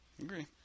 agree